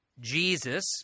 Jesus